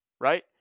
right